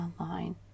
online